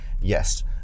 yes